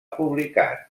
publicat